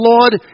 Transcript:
Lord